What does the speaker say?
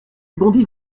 bondit